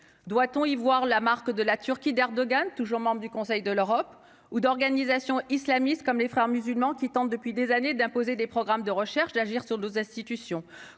doit-on y voir la marque de la Turquie d'Erdogan, toujours membre du Conseil de l'Europe ou d'organisations islamistes comme les Frères musulmans qui tentent depuis des années, d'imposer des programmes de recherche d'agir sur nos institutions,